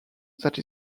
that